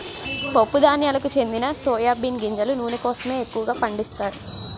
పప్పు ధాన్యాలకు చెందిన సోయా బీన్ గింజల నూనె కోసమే ఎక్కువగా పండిస్తారు